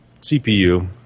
CPU